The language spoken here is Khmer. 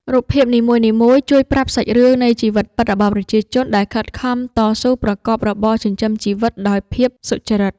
រូបភាពនីមួយៗជួយប្រាប់សាច់រឿងនៃជីវិតពិតរបស់ប្រជាជន ដែលខិតខំតស៊ូប្រកបរបរចិញ្ចឹមជីវិតដោយភាពសុចរិត។